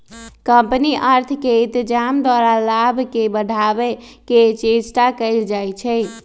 company अर्थ के इत्जाम द्वारा लाभ के बढ़ाने के चेष्टा कयल जाइ छइ